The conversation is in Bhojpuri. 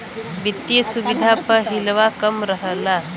वित्तिय सुविधा प हिलवा कम रहल